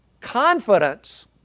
confidence